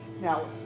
Now